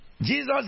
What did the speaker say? Jesus